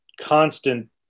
constant